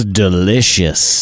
delicious